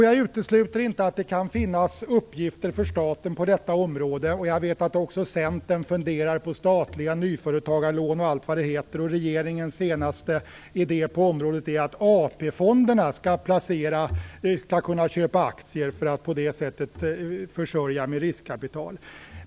Jag utesluter inte att det kan finnas uppgifter för staten på detta område, och jag vet att också Centern funderar över statliga nyföretagarlån och allt vad det heter. Regeringens senaste idé på området är att AP fonderna skall kunna köpa aktier för att på det sättet försörja företag med riskkapital.